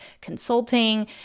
consulting